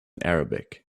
arabic